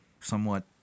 somewhat